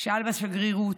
שאל בשגרירות,